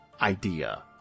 idea